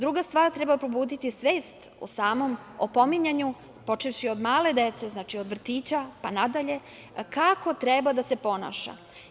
Druga stvar, treba probuditi svet o samom opominjanju, počevši od male dece, znači od vrtića, pa nadalje, kako treba da se ponaša.